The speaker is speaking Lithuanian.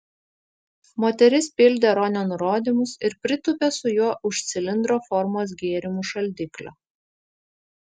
moteris pildė ronio nurodymus ir pritūpė su juo už cilindro formos gėrimų šaldiklio